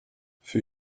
für